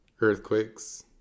Earthquakes